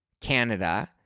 Canada